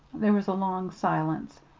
there was a long silence.